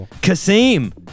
Kasim